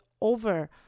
over